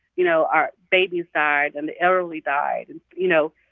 you know, our babies died and the elderly died and you know,